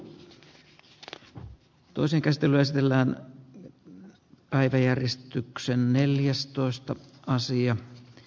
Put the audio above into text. nyt tulisi käsitellä esitellään eri päiväjärjestyksen neljäs toista asia